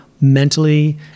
mentally